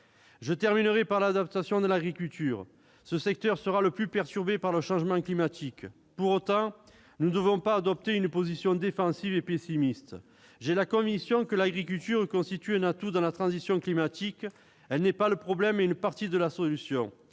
Je terminerai par l'adaptation de l'agriculture. Ce secteur sera le plus perturbé par le changement climatique. Pour autant, nous ne devons pas adopter une position défensive et pessimiste. J'ai la conviction que l'agriculture constitue un atout dans la transition climatique. Elle n'est pas le problème, mais une partie de la solution,